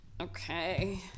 Okay